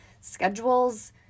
schedules